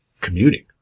commuting